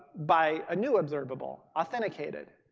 by a new observable authenticated.